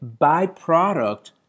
byproduct